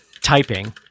typing